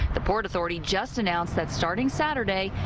the port authority just announced that starting saturday,